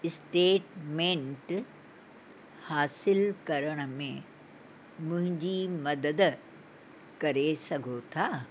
statement हासिलु करण में मुंहिंजी मदद करे सघो था